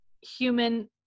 human